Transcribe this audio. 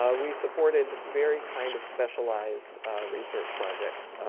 ah we supported very kind of specialized research projects.